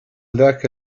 ذاك